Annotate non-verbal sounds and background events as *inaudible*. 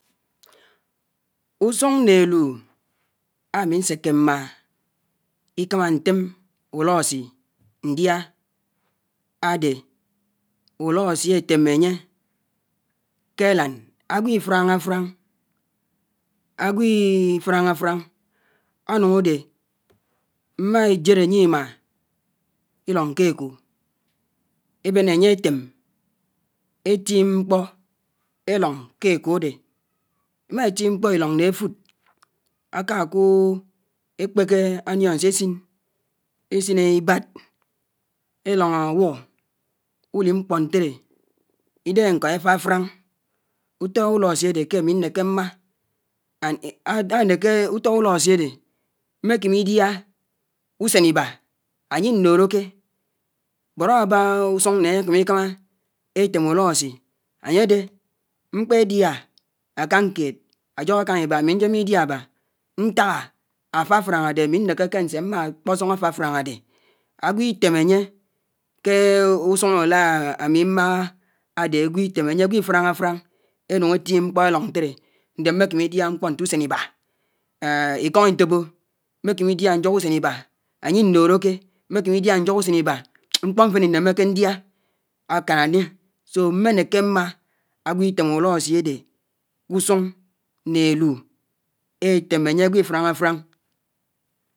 ùsùng nè édù ami nssèkè mma ikámá ntèm ùlosi ndiá ádè úlosi ètèm ányè kè álán ágwò ifráñá fráñ, ágwò ifráñá fráñ ánùñ ádè émà èjèd ányè imá ilóñ kè ékò èbèn ányè étèm é tim mkpò ẽlóñ kẽ ékò ádè, ẽ má tim mkpò è lǒñ ná áfúd, áká kó ékpèkè onions ésin, ẽsin i baat, é ión abu úlim mkpò ntèdè, ĩdèhè nkó ẽfrá fráñ, utó ùlosi ádè kè ámi nnèkè maa and ánèkè, ùtó ùlosi ádè, mèkèmè idiá ùsen iba ányè indọrọke but ábá ùsùng nèkèmi ikámá ètèm ùlosi ányè dè mkpèdiá ákáñ kèd áyòhò ákáñ iba ami nyèmmè idià ábà, nták á áfráfráñ ádè ámi nékéké nsé maa ákpósóñ áfráfráñ ádè, ágwò itèm ányè kè ùsùng ala ámi mághá ádè ágwò itém ányè ágwò ifráná fráñ énúñ étim mkpò é ntèdè ándè mmékémé idiá mkpò ntè ùsén iba *hesitation* ch!ikóñ ĩntòpò, mmèkèmè idiá nyòhò ùsen iba ányè indòròke, mmè kèmè diá nyóhó ùsen iba *noise* mkpò mfén inèmèkè idiá ákán ányè so mmènèkè ágwò itèm ùlosi ádè k'ùsùng né élù é tèmè ányè ágwò ifráñá frán.